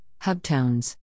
Hubtones